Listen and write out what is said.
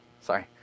sorry